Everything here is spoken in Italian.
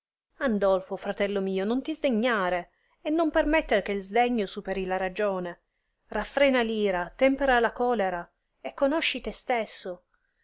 andolfo fratello mio non ti sdegnare e non permettere che sdegno superi la ragione raffrena r ira tempera la colera e conosci te stesso